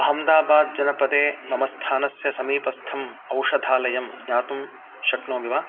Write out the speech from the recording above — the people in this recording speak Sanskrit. अह्मदाबादजनपदे मम स्थानस्य समीपस्थम् औषधालयं ज्ञातुं शक्नोमि वा